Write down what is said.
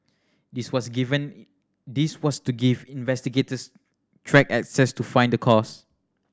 this was to given this was to give investigators track access to find the cause